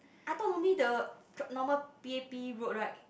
I thought normally the normal P_A_P route right